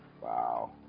Wow